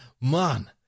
man